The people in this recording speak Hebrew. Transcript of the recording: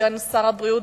סגן שר הבריאות,